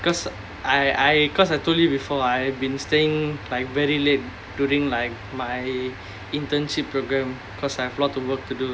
because I I because I told you before I have been staying like very late during like my internship program because I have lots of work to do